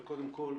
אבל קודם כול,